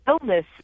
illness